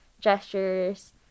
gestures